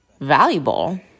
valuable